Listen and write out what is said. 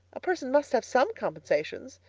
a person must have some compensations.